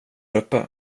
uppe